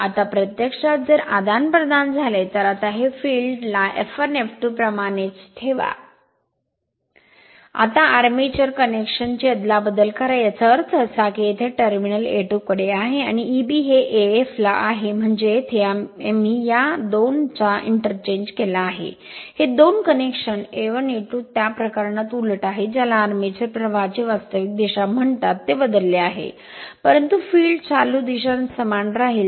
आता प्रत्यक्षात जर आदानप्रदान झाले तर आता हे फिल्ड ला F1 F2प्रमाणेच ठेवा आता आर्मेचर कनेक्शन ची अदलाबदल करा याचा अर्थ असा की येथे टर्मिनल A 2 कडे आहे आणि Eb हे A1 ला आहे म्हणजे येथे आम्ही या 2 चा इंटरचेंज केला आहे हे 2 कनेक्शनA1 A2 त्या प्रकरणात उलट आहे ज्याला आर्मेचर प्रवाहाची वास्तविक दिशा म्हणतात ते बदलले आहे परंतु फील्ड चालू दिशा समान राहील